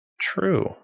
True